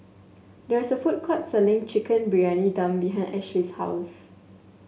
there is a food court selling Chicken Briyani Dum behind Ashlee's house